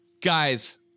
Guys